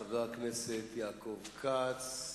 חבר הכנסת יעקב כץ.